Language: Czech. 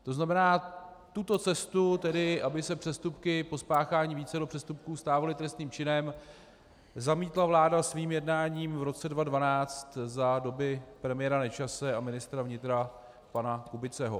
To znamená, tuto cestu, tedy aby se přestupky po spáchání vícero přestupků stávaly trestným činem, zamítla vláda svým jednáním v roce 2012 za doby premiéra Nečase a ministra vnitra pana Kubiceho.